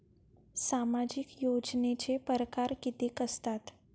सामाजिक योजनेचे परकार कितीक असतात?